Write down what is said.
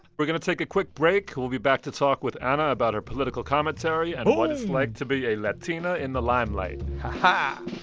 we're going to take a quick break. we'll be back to talk with ana about her political commentary. boom. and what it's like to be a latina in the limelight our